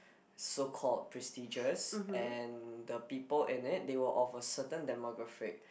so called prestigious and the people in it they were of a certain demographic